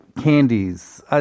candies